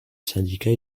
syndicat